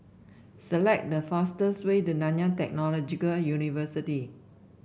select the fastest way to Nanyang Technological University